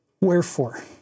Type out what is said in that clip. Wherefore